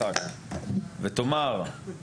איזה מזל,